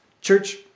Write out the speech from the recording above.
Church